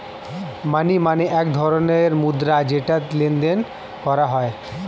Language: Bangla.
মানি মানে এক ধরণের মুদ্রা যেটা লেনদেন করা হয়